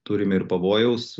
turim ir pavojaus